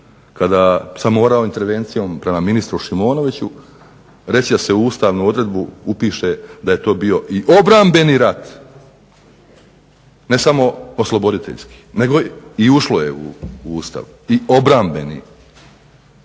kada sa mojom intervencijom prema ministru Šimonoviću reći da se ustavnu odredbu upiše da je to bio i obrambeni rat, ne samo osloboditeljski nego i ušlo je u Ustav i obrambeni.